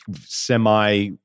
semi